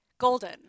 golden